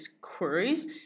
queries